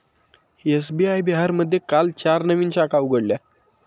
SBI बिहारमध्ये काल चार नवीन शाखा उघडल्या